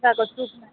कुखुराको सुपमा